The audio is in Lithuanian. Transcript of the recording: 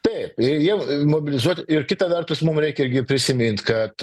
taip ir jie mobilizuoti ir kita vertus mum reikia irgi prisimint kad